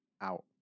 out